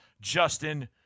Justin